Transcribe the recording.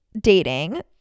dating